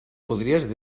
podries